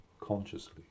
consciously